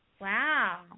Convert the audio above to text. wow